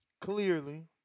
clearly